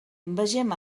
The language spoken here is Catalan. vegem